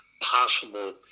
possible